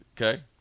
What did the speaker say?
Okay